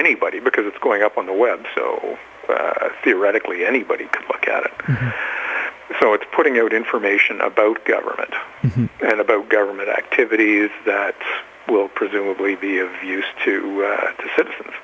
anybody because it's going up on the web so theoretically anybody could look at it so it's putting out information about government and about government activities that will presumably via views to the citizen